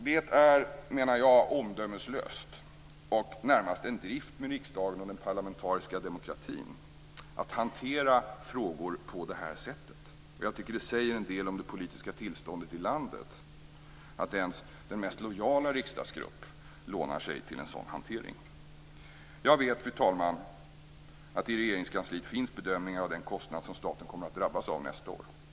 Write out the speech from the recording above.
Det är, menar jag, omdömeslöst och närmast en drift med riksdagen och den parlamentariska demokratin att hantera frågor på detta sätt. Jag tycker att det säger en del om det politiska tillståndet i landet att också den mest lojala riksdagsgrupp lånar sig till en sådan hantering. Jag vet att det i Regeringskansliet finns bedömningar av den kostnad som staten kommer att drabbas av nästa år.